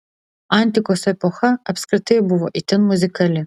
antikos epocha apskritai buvo itin muzikali